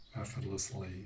effortlessly